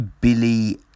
Billy